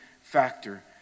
factor